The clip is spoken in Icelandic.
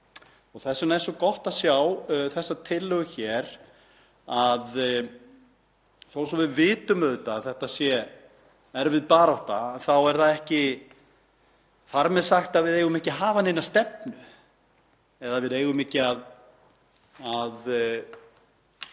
og þess vegna er svo gott að sjá þessa tillögu hér. Þó svo að við vitum auðvitað að þetta sé erfið barátta er ekki þar með sagt að við eigum ekki að hafa neina stefnu eða að við eigum ekki að